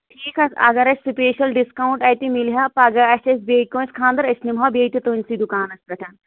ٹھیٖک حظ اگر اَسہِ سُپیشل ڈِسکاوُنٛٹ اَتہِ میلہِ ہا پَگاہ آسہِ اَسہِ بیٚیہِ کٲنٛسہِ خانٛدر أسۍ نِمہٕ ہو بیٚیہِ تہِ تُہٕنٛدسٕے دُکانس پٮ۪ٹھ